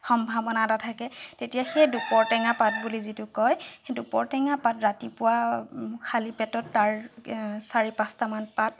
সম্ভাৱনা এটা থাকে তেতিয়াই সেই দুপৰ তেঙা পাত বুলি যিটো কয় সেই দুপৰ তেঙা পাত ৰাতিপুৱা খালী পেটত তাৰ চাৰি পাঁচটামান পাত